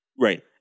Right